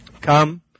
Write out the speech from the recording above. Come